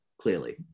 clearly